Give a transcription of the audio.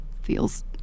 feels